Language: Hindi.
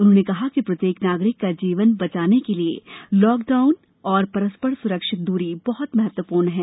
उन्होंने कहा कि प्रत्येक नागरिक का जीवन बचाने के लिए लॉकडाउन तथा परस्पर सुरक्षित दूरी बहत महत्वपूर्ण है